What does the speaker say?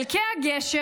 חלקי הגשר,